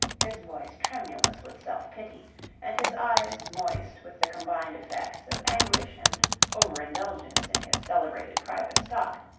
his voice tremulous with self-pity and his eyes moist with the combined effects of anguish and over-indulgence in his celebrated private stock,